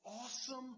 awesome